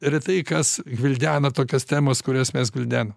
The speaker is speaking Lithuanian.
retai kas gvildena tokias temas kurias mes gvildenam